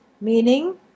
meaning